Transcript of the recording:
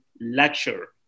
lecture